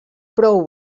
prou